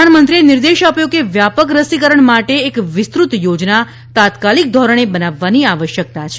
પ્રધાનમંત્રીએ નીર્દેશ આપ્યો કે વ્યાપક રસીકરણ માટે એક વિસ્તૃત યોજના તાત્કાલિક ોધરણે બનાવવાની આવશ્યકતા છે